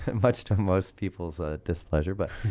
and much to most people's ah displeasure but.